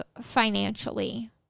financially